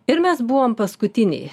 ir mes buvom paskutiniai